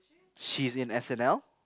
she's in S-N_L